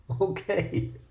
Okay